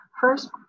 First